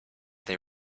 they